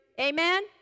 Amen